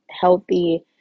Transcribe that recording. healthy